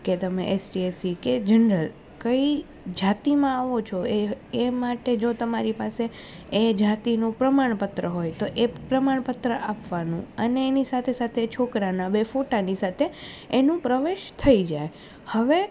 કે તમે SC ST કે જનરલ કઈ જાતિમાં આવો છો એ એ માટે જો તમારી પાસે એ જાતિનું પ્રમાણપત્ર હોય તો એ પ્રમાણપત્ર આપવાનું અને એની સાથે સાથે એ છોકરાના બે ફોટાની સાથે એનું પ્રવેશ થઈ જાય હવે